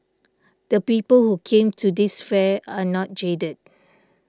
the people who came to this fair are not jaded